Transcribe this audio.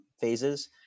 phases